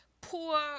poor